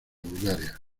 bulgaria